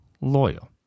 loyal